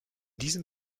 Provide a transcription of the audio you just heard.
diesem